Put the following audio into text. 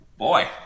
Boy